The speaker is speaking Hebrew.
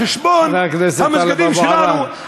צוברים נקודות על חשבון המסגדים שלנו,